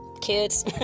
kids